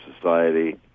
Society